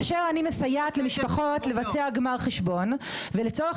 כאשר אני מסיימת למשפחות לבצע גמר חשבון ולצורך